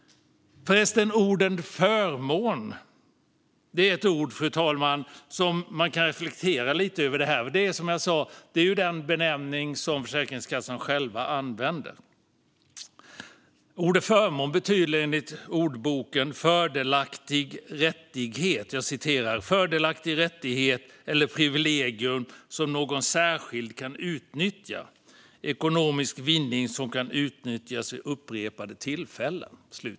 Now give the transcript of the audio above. Förresten, ordet "förmån" är ett ord som man kan reflektera lite över. Som jag sa är det den benämning som Försäkringskassan själv använder. "Förmån" betyder enligt ordboken "fördelaktig rättighet eller privilegium som någon särskild kan nyttja; ekonomisk vinning som kan utnyttjas vid upprepade tillfällen".